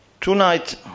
Tonight